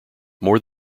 more